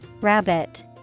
Rabbit